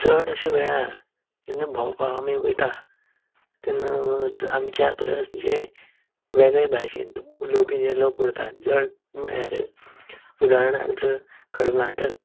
चडशें वेळार जेन्ना भोंवपाक आमी वयता तेन्ना आमच्या परस जे वेगळें भाशेन उलोवपी जे लोक उरतात म्हळ्यार उदाहरणार्थ कर्नाटक